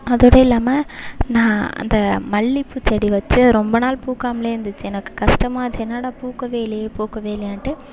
அதோட இல்லாமல் நான் அந்த மல்லிகைப்பூ செடி வச்சு ரொம்ப நாள் பூக்காமலே இருந்துச்சு எனக்கு கஷ்டமாச்சு என்னாடா பூக்கவே இல்லையே பூக்கவே இல்லையேன்ட்டு